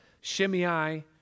Shimei